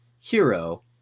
Hero